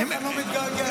האמת, אני לא מתגעגע לזה.